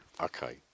Okay